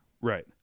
Right